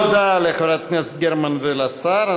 תודה לחברת הכנסת גרמן ולשר.